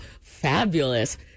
fabulous